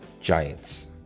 Giants